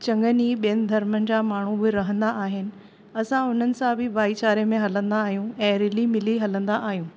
चङनि ॿियनि धरमनि जा माण्हू बि रहंदा आहिनि असां हुननि सां बि भाइचारे में हलंदा आहियूं ऐं रिली मिली हलंदा आहियूं